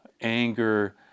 Anger